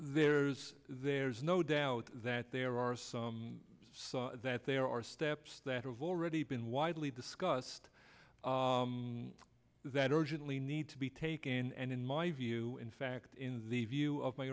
there's there's no doubt that there are some that there are steps that have already been widely discussed that urgently need to be taken and in my view in fact in the view of my